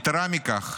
יתרה מכך,